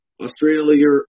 Australia